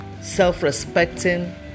self-respecting